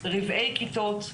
רבעי כיתות,